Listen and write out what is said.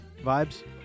vibes